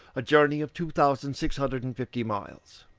a journey of two thousand six hundred and fifty miles.